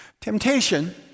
Temptation